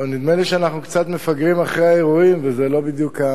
נדמה לי שאנחנו קצת מפגרים אחרי האירועים וזה לא בדיוק,